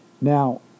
Now